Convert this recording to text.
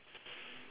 okay